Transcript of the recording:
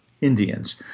Indians